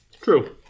True